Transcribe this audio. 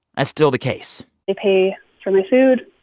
that's still the case they pay for my food,